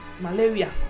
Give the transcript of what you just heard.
malaria